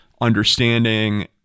understanding